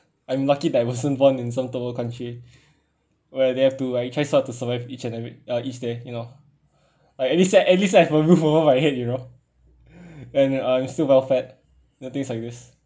I'm lucky that I wasn't born in some third world country where they have to try so hard to survive each and every uh each day you know like at least I at least I have a roof over my head you know and I'm still well fed you know things like this